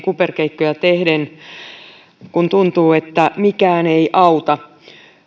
kuperkeikkoja tehden kun tuntuu että mikään ei auta